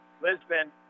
Lisbon